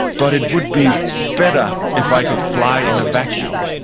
but it would be better if i could fly in a vacuum,